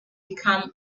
become